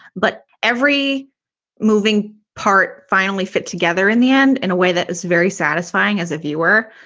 but every moving part finally fit together in the end in a way that is very satisfying as a viewer.